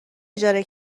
اجاره